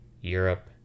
Europe